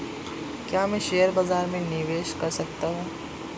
क्या मैं शेयर बाज़ार में निवेश कर सकता हूँ?